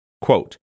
Quote